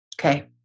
Okay